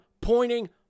Pointing